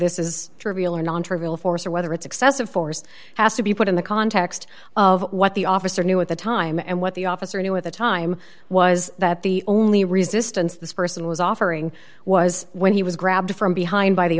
this is trivial or non trivial force or whether it's excessive force has to be put in the context of what the officer knew at the time and what the officer knew at the time was that the only resistance this person was offering was when he was grabbed from behind by the